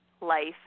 life